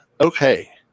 Okay